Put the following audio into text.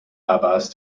abbas